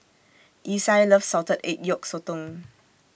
Isai loves Salted Egg Yolk Sotong